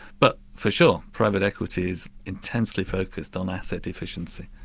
but for sure, private equity is intensely focused on asset efficiency,